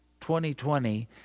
2020